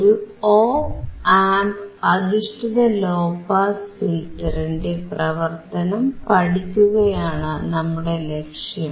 ഒരു op amp അധിഷ്ഠിത low pass ഫിൽറ്ററിന്റെ പ്രവർത്തനം പഠിക്കുകയാണ് നമ്മുടെ ലക്ഷ്യം